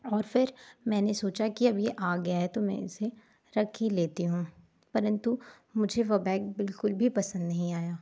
और फिर मैंने सोचा कि अब ये आ गया है तो मैं इसे रख ही लेती हूँ परंतु मुझे वो बैग बिल्कुल भी पसंद नहीं आया